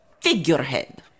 Figurehead